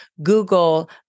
Google